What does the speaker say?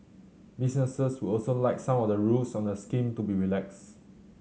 businesses would also like some of the rules on the scheme to be relaxed